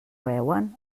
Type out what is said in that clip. veuen